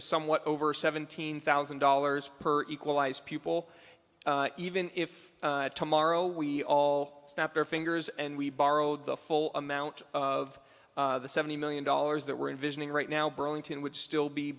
somewhat over seventeen thousand dollars per equalise people even if tomorrow we all snap their fingers and we borrowed the full amount of the seventy million dollars that we're in visioning right now burlington would still be